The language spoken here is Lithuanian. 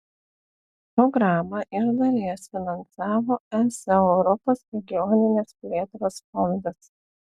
programą iš dalies finansavo es europos regioninės plėtros fondas